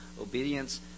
obedience